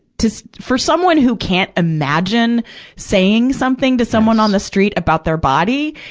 to, for someone who can't imagine saying something to someone on the street about their body,